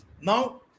now